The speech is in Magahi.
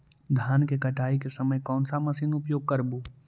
धान की कटाई के समय कोन सा मशीन उपयोग करबू?